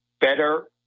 better